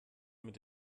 mit